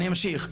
אני אמשיך,